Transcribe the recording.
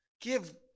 give